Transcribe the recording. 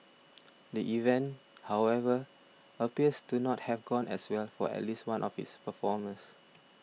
the event however appears to not have gone as well for at least one of its performers